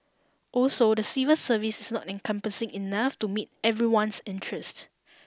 also the civil service is not encompassing enough to meet everyone's interest